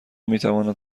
میتواند